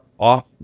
off